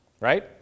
Right